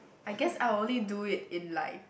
I guess I only do it in like